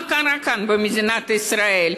מה קרה כאן, במדינת ישראל?